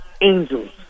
angels